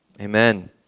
Amen